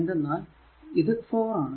എന്തെന്നാൽ ഇത് 4 ആണ്